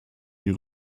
ihre